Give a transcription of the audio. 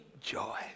joy